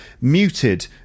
Muted